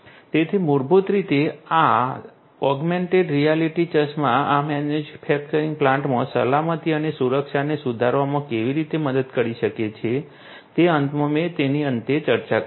તેથી મૂળભૂત રીતે આ ઓગમેન્ટેડ રિયાલિટી ચશ્મા આ મેન્યુફેક્ચરિંગ પ્લાન્ટ્સમાં સલામતી અને સુરક્ષાને સુધારવામાં કેવી રીતે મદદ કરી શકે છે અંતમાં મેં તેની અંતે ચર્ચા કરી છે